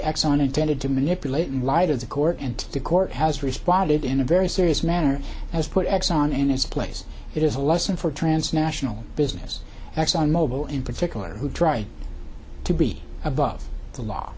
exxon intended to manipulate in light of the court and the court has responded in a very serious manner as put exxon in its place it is a lesson for transnational business exxon mobil in particular who try to be above the law